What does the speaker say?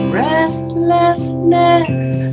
restlessness